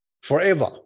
forever